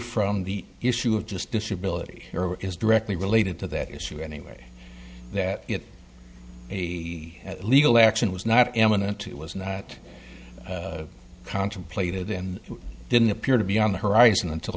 from the issue of just disability is directly related to that issue anyway that if a legal action was not eminent it was not contemplated and didn't appear to be on the horizon until